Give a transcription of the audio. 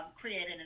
created